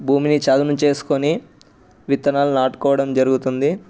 భూమిని చదును చేసుకుని విత్తనాలు నాటుకోవడం జరుగుతుంది